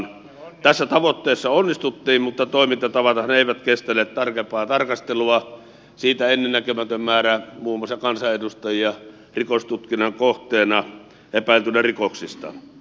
tässä tavoitteessa onnistuttiin mutta toimintatavathan eivät kestäneet tarkempaa tarkastelua siitä ennennäkemätön määrä muun muassa kansanedustajia rikostutkinnan kohteena epäiltynä rikoksista